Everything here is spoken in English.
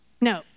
No